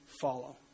follow